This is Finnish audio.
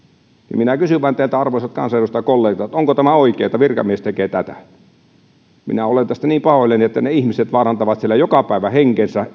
minä vain kysyn teiltä arvoisat kansanedustajakollegat onko tämä oikein että virkamies tekee tätä minä olen tästä niin pahoillani että ne ihmiset vaarantavat siellä rajaseutukunnissa joka päivä henkensä